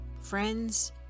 friends